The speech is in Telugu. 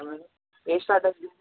A status